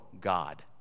God